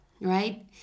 right